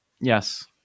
Yes